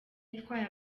itwaye